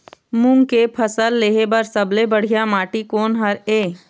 मूंग के फसल लेहे बर सबले बढ़िया माटी कोन हर ये?